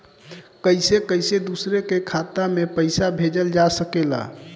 कईसे कईसे दूसरे के खाता में पईसा भेजल जा सकेला?